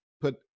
put